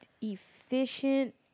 efficient